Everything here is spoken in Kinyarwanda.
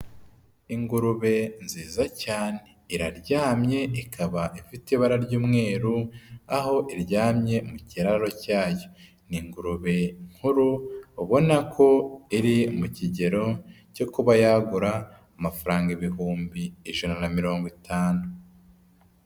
Ingurube nziza cyane, iraryamye ikaba ifite ibara ry'umweru, aho iryamye mu kiraro cyayo. Ni ingurube nkuru ubona ko iri mu kigero cyo kuba yagura amafaranga ibihumbi ijana na mirongo itanu.